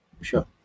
Sure